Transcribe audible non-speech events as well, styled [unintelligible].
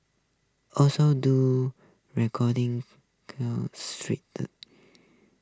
also do recording [unintelligible] street that